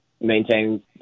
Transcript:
maintain